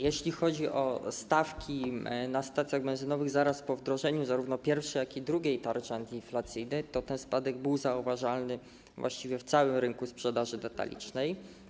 Jeśli chodzi o stawki na stacjach benzynowych zaraz po wdrożeniu zarówno pierwszej, jak i drugiej tarczy antyinflacyjnej, to spadek był zauważalny właściwie na całym rynku sprzedaży detalicznej.